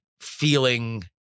feeling